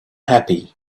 happy